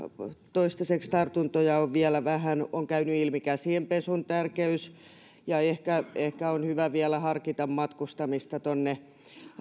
toistaiseksi tartuntoja on vielä vähän on käynyt ilmi käsien pesun tärkeys ja ehkä ehkä on hyvä vielä harkita matkustamista tuonne